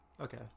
Okay